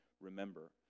remember